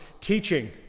teaching